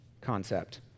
concept